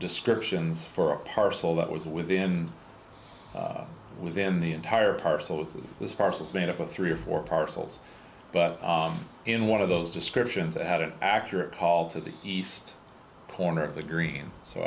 descriptions for a parcel that was within within the entire parcel of this farce was made up of three or four parcels but in one of those descriptions i had an accurate call to the east corner of the green so